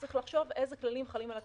צריך לחשוב איזה כללים חלים על הכנסת,